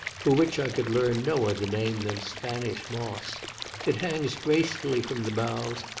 for which i could learn no other name than spanish moss it hangs gracefully from the boughs,